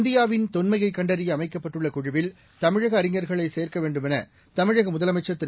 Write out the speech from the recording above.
இந்தியாவின்தொன்மையைக்கண்டறியஅமைக்கப்பட்டுள்ள குழுவில் தமிழகஅறிஞர்களைசேர்க்கவேண்டுமென தமிழகமுதலமைச்சர்திரு